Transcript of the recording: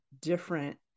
different